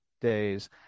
days